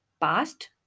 past